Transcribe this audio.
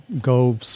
go